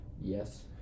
Yes